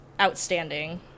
outstanding